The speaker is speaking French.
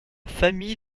famille